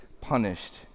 punished